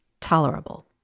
tolerable